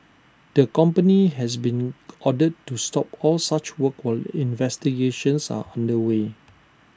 the company has been ordered to stop all such work were investigations are under way